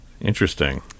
interesting